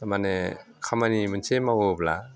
थारमाने खामानि मोनसे मावोब्ला